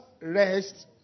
rest